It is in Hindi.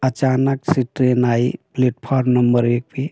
अचानक से ट्रेन आई प्लेटफार्म नम्बर एक पर